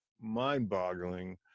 mind-boggling